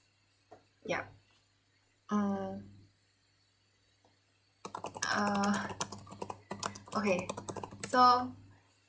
yup mm uh okay so